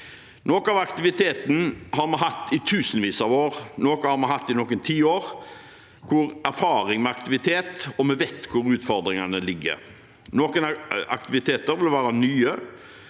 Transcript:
Noe av aktiviteten har vi hatt i tusenvis av år, noe har vi hatt i noen tiår. Vi har erfaring med aktivitet, og vi vet hvor utfordringene ligger. Noen aktiviteter vil være nye,